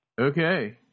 Okay